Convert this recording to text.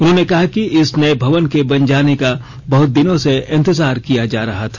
उन्होंने कहा कि इस नये भवन के बन जाने का बहुत दिनों से इंतजार किया जा रहा था